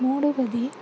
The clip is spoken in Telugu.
మూడవది